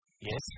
Yes